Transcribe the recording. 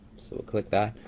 so we'll click that.